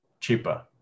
cheaper